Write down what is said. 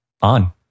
on